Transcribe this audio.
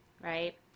right